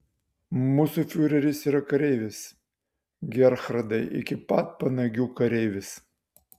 mūsų fiureris yra kareivis gerhardai iki pat panagių kareivis